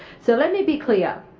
so let me be clear.